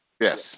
Yes